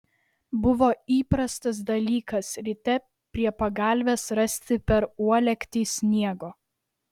buvo įprastas dalykas ryte prie pagalvės rasti per uolektį sniego